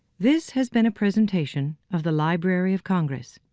this has been a presentation of the library of congress.